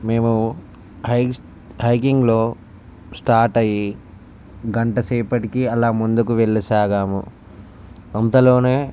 మేము హై హైకింగ్లో స్టార్ట్ అయ్యి గంట సేపటికి అలా ముందుకు వెళ్ళసాగాము అంతలో